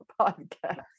podcast